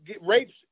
rapes